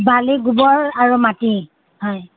বালি গোবৰ আৰু আৰু মাটি হয়